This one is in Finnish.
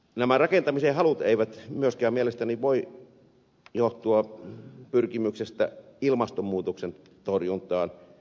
nämä rakentamisen halut eivät myöskään mielestäni voi johtua pyrkimyksestä ilmastonmuutoksen torjuntaan